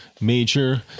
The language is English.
major